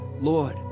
Lord